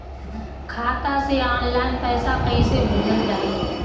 खाता से ऑनलाइन पैसा कईसे भेजल जाई?